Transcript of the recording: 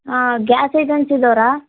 ಹಾಂ ಗ್ಯಾಸ್ ಏಜನ್ಸಿದವ್ರಾ